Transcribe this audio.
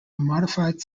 modified